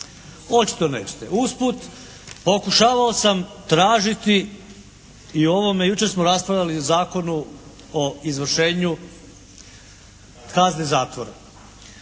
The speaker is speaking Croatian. Očito nećete. Usput pokušavao sam tražiti i u ovome jučer smo raspravljali zakonu o izvršenju kazne zatvora.